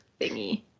thingy